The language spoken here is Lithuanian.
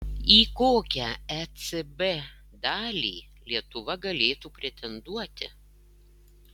į kokią ecb dalį lietuva galėtų pretenduoti